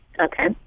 Okay